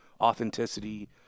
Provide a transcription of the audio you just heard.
authenticity